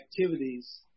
activities